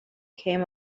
came